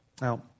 Now